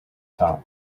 top